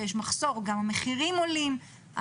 גם המחירים עולים,